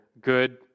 good